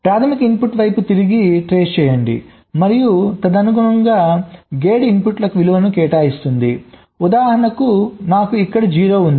ప్రాధమిక ఇన్పుట్ వైపు తిరిగి ట్రేస్ చేయండి మరియు తదనుగుణంగా గేట్ ఇన్పుట్లకు విలువలను కేటాయిస్తుంది ఉదాహరణకు నాకు ఇక్కడ 0 ఉంది